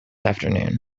afternoon